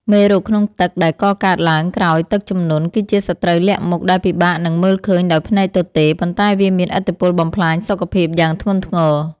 មេរោគក្នុងទឹកដែលកកើតឡើងក្រោយទឹកជំនន់ គឺជាសត្រូវលាក់មុខដែលពិបាកនឹងមើលឃើញដោយភ្នែកទទេ ប៉ុន្តែវាមានឥទ្ធិពលបំផ្លាញសុខភាពយ៉ាងធ្ងន់ធ្ងរ។